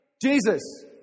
Jesus